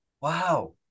wow